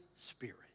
Spirit